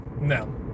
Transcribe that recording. No